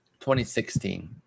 2016